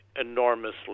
enormously